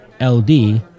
LD